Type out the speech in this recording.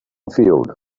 field